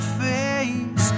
face